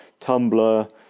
tumblr